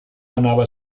anava